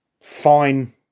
Fine